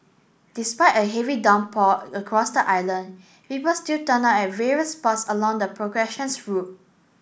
despite a heavy downpour across the island people still turned up at various spots along the progressions route